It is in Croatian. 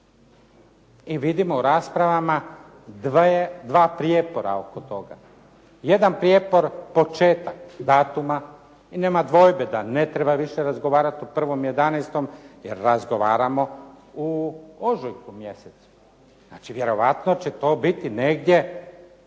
i vidimo u raspravama dva prijepora oko toga. Jedan prijepor početak datuma i nema dvojbe da ne treba više razgovarat o 1.11. jer razgovaramo u ožujku mjesecu, znači vjerojatno će to biti negdje